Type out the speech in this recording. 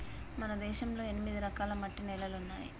మన దేశంలో ఎనిమిది రకాల మట్టి నేలలున్నాయి